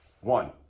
One